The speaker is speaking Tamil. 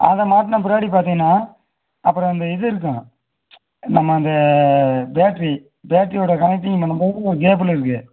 அதில் மாட்டின பின்னாடி பார்த்திங்கன்னா அப்புறம் இந்த இது இருக்கும் நம்ம அந்த பேட்ரி பேட்ரியோடய கனெக்டிங் பண்ணும்போது கேபிள் இருக்குது